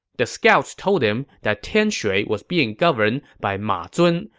the scouts told him that tianshui was being governed by ma zun,